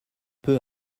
peu